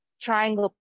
triangle